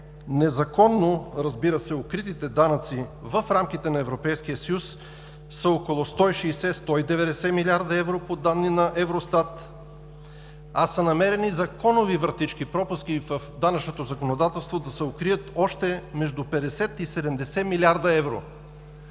незаконно, разбира се, укритите данъци в рамките на Европейския съюз са около 160 – 190 милиарда евро по данни на Евростат, а са намерени законови вратички, пропуски в данъчното законодателство да се укрият още между 50 и 70 милиарда евро.